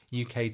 UK